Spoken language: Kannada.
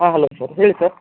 ಹಾಂ ಹಲೋ ಸರ್ ಹೇಳಿ ಸರ್